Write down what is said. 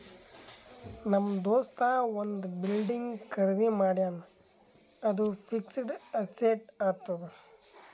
ನಮ್ ದೋಸ್ತ ಒಂದ್ ಬಿಲ್ಡಿಂಗ್ ಖರ್ದಿ ಮಾಡ್ಯಾನ್ ಅದು ಫಿಕ್ಸಡ್ ಅಸೆಟ್ ಆತ್ತುದ್